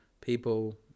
people